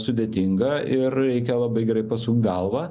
sudėtinga ir reikia labai gerai pasukt galvą